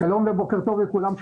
שלום ובוקר טוב לכולם.